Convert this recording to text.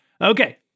Okay